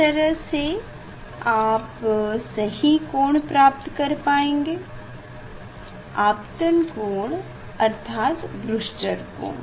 इस तरह से आप सही कोण प्राप्त कर पायेंगे आपतन कोण अर्थात ब्रूसटर कोण